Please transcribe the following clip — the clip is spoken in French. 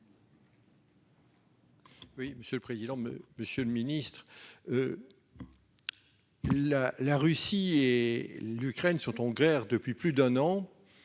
La Russie et l'Ukraine sont en guerre depuis plus d'un an